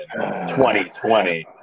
2020